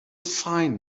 fine